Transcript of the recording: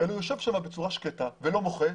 הוא יושב שם בצורה שקטה ולא מוחה.